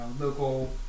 local